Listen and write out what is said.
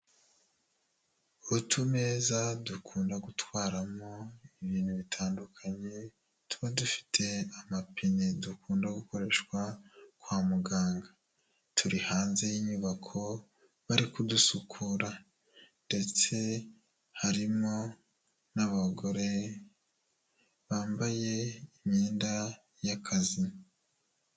Utumezaeza dukunda gutwaramo ibintu bitandukanye, tuba dufite amapine dukunda gukoreshwa kwa muganga, turi hanze y'inyubako bari kudusukura ndetse harimo n'abagore bambaye imyenda y'akazi.